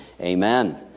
amen